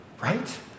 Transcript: Right